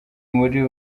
muri